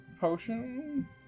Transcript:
potion